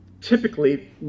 typically